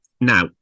Now